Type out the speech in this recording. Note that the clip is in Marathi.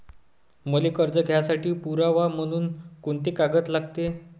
मले कर्ज घ्यासाठी पुरावा म्हनून कुंते कागद लागते?